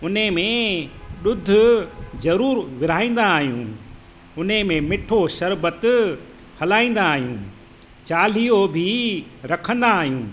उन में ॾुधु ज़रूरु विरिहाईंदा आहियूं उन में मिठो शर्बत हलाईंदा आहियूं चालीहो बि रखंदा आहियूं